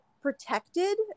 protected